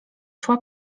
szła